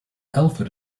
alford